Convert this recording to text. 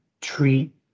treat